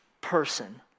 person